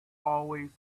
always